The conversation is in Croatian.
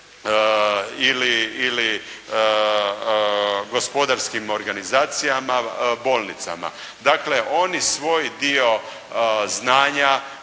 ili gospodarskim organizacijama bolnicama. Dakle, oni svoj dio znanja